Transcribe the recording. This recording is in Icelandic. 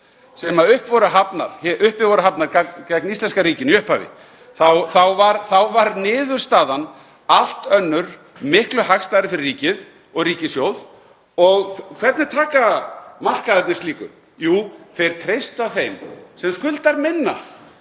sem uppi voru hafnar gegn íslenska ríkinu í upphafi varð niðurstaðan allt önnur, miklu hagstæðari fyrir ríkið og ríkissjóð. Og hvernig taka markaðirnir slíku? Jú, þeir treysta þeim sem skuldar minna,